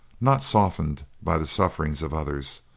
not softened by the sufferings of others.